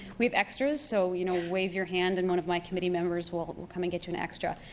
we have extras, so you know wave your hand and one of my committee members will will come and get you an extra.